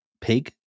pig